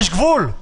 יש גבול.